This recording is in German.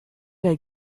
der